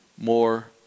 more